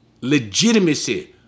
legitimacy